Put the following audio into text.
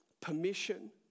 Permission